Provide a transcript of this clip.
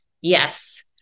yes